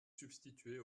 substituer